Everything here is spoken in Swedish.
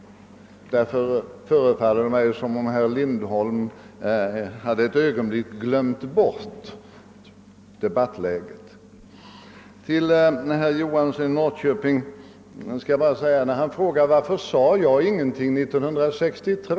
Det förefaller mig som om herr Lindholm ett ögonblick hade glömt bort debattläget. Herr Johansson i Norrköping frågar varför jag inte sade någonting här i riksdagen år 1963.